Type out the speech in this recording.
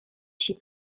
się